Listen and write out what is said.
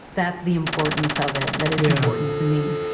that's the importance of it. that it's important to me